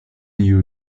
you